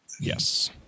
Yes